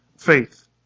faith